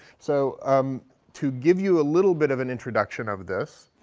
so um to give you a little bit of an introduction of this,